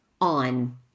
on